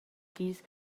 dis